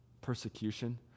persecution